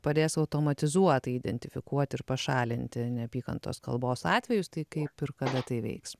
padės automatizuotai identifikuoti ir pašalinti neapykantos kalbos atvejus tai kaip ir kada tai veiks